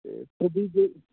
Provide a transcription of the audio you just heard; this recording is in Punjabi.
ਅਤੇ ਤੁਸੀਂ ਜੇ